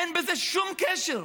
אין לזה שום קשר,